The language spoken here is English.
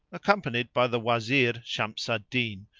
accompanied by the wazir shams al-din,